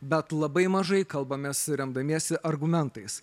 bet labai mažai kalbamės remdamiesi argumentais